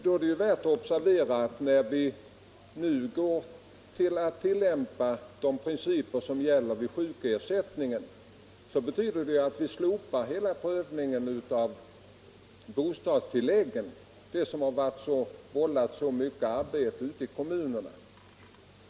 Det är värt att observera att när vi nu går att tillämpa de principer som gäller vid sjukersättning, betyder det att vi slopar hela prövningen av bostadstilläggen, som har vållat så stort arbete ute i kommunerna.